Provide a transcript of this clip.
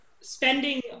spending